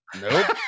Nope